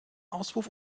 auspuff